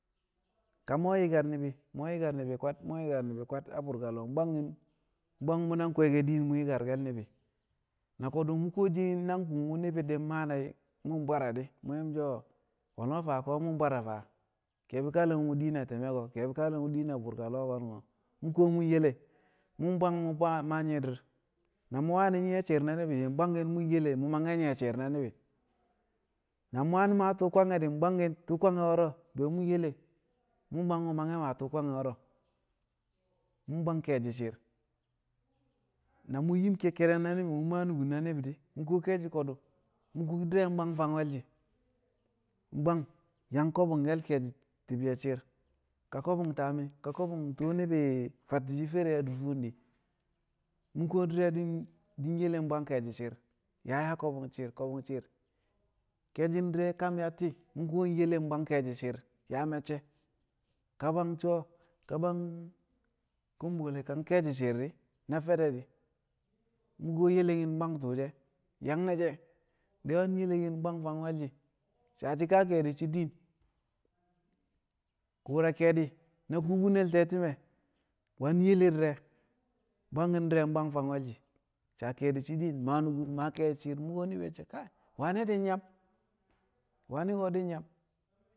Ka mu̱ we̱ yi̱kar ni̱bi̱ mu̱ we̱ yi̱kar ni̱bi̱ mu̱ we̱ yi̱kar ni̱bi̱ kwad mu̱ we̱ yi̱kar ni̱bi̱ kwad a burka lo̱o̱ bwang mu̱ nang kwe̱e̱ke̱ din mu̱ yi̱karke̱l ni̱bi̱ na ko̱du̱ mu̱ kuwoshi nang ku̱ngku̱ ni̱bi̱ di̱ ma nai̱ mu̱ bwaar di̱ mu̱ yang ye̱shi̱ mu̱ so̱ wolmo fa ko̱ mu̱ bwaara fa ke̱e̱bɪ kale̱l mo̱ mu̱ din a ti̱me̱ ko̱ nke̱e̱bi̱ kale̱l mo̱ mu̱ din a burka lo̱o̱ ko̱ mu̱ ko̱ mu̱ yele mu̱ bwang mu̱ maa nyi̱i̱di̱r na mu̱ wani̱ nyi̱ye̱ shi̱i̱r na ni̱bi̱ di̱ bwangki̱n yele mu̱ mangke̱ nyi̱ye̱ shi̱i̱r na ni̱bi̱ na mu̱ wani̱ maa tu̱u̱ kwange̱ di̱ bwangki̱n tu̱u̱ kwange̱ wo̱ro̱ be̱ mu̱ yele mu̱ mangke̱ maa tu̱u̱ kwange̱ wo̱ro̱ mu̱ bwang ke̱e̱shi̱ shi̱i̱r na mu̱ yim kekkedek na ni̱bi̱ mu̱ ma nukun na ni̱bi̱ di̱ mu̱ kuwo ke̱e̱shi̱ ko̱du̱ mu̱ kuwo di̱re̱ bwang fang we̱lshi̱ bwang yang ko̱bu̱ngke̱l ke̱e̱shi̱ ti̱bshe̱ shi̱i̱r ka ko̱bu̱ng taami̱ ka ko̱bu̱ng ke̱e̱shi̱ tu̱u̱ ni̱bi̱ fatti̱nshi̱ fere a dur fuu di̱ mu̱ kuwo di̱re̱ di̱ yele bwang ke̱e̱shi̱ shi̱i̱r yaa yaa ko̱bu̱ng shi̱i̱r ko̱bu̱ng shi̱i̱r ke̱e̱shi di̱re̱ kam yatti̱ mu̱ kuwo di̱ yele bwang ke̱e̱shi̱ shi̱i̱r yaa me̱cce̱ ka bwang so̱o̱ ka bwang kombole ka ke̱e̱shi̱ shi̱i̱r na fede di̱ mu̱ kuwo yelekin bwang tu̱u̱ she̱ yang ne̱ she̱ bi̱yo̱ yelekin bwang fang we̱lshi̱ saa shi̱ ka ke̱e̱di̱ shi̱ din ku̱u̱ra ke̱e̱di̱ a kubinel te̱ti̱me̱ wani̱ yele di̱re̱ bwangki̱n di̱re̱ bwang fang we̱lshi̱ saa ke̱e̱di̱ shi̱ din maa nukun maa ke̱e̱shi̱ shi̱i̱r mu̱ kuwo ni̱bi̱ ye̱ so̱ a wani̱ di̱ nyam wani̱ ko̱ di̱ nyam.